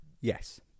Yes